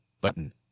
Button